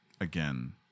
Again